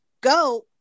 go